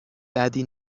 بدی